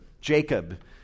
Jacob